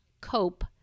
cope